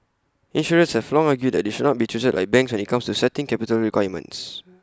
insurers have long argued they should not be treated like banks when IT comes to setting capital requirements